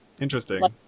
Interesting